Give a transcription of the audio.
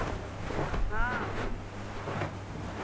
बोलू हँ